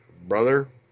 Brother